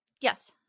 Yes